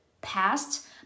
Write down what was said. past